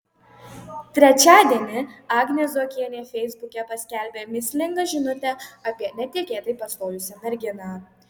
trečiadienį agnė zuokienė feisbuke paskelbė mįslingą žinutę apie netikėtai pastojusią merginą